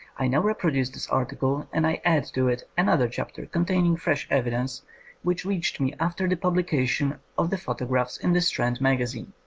i now reproduce this article, and i add to it another chapter containing fresh evidence which reached me after the publi cation of the photographs in the strand magazine.